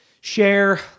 Share